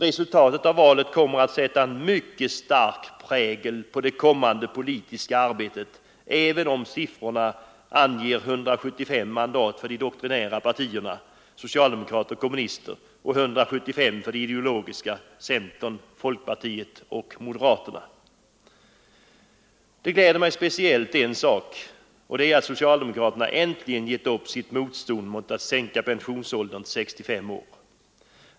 Resultatet av valet kommer att sätta mycket stark prägel på det politiska arbetet, även om siffrorna anger 175 mandat för de doktrinära partierna — socialdemokrater och kommunister — och 175 för de ideologiska — centern, folkpartiet och moderaterna. En sak gläder mig speciellt, och det är att socialdemokraterna äntligen givit upp sitt motstånd mot att sänka pensionsåldern till 65 år.